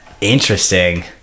interesting